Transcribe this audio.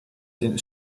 den